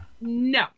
No